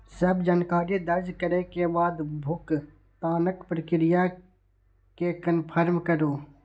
सब जानकारी दर्ज करै के बाद भुगतानक प्रक्रिया कें कंफर्म करू